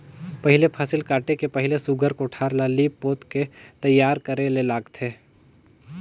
पहिले फसिल काटे के पहिले सुग्घर कोठार ल लीप पोत के तइयार करे ले लागथे